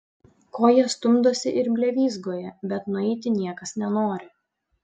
ko jie stumdosi ir blevyzgoja bet nueiti niekas nenori